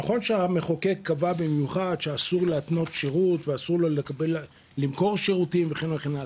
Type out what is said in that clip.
נכון שהמחוקק קבע שאסור להתנות שירות ואסור למכור שירותים וכן הלאה,